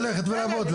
ללכת ולעבוד.